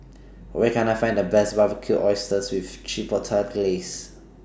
Where Can I Find The Best Barbecued Oysters with Chipotle Glaze